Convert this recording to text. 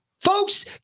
Folks